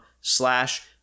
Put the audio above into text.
slash